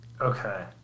Okay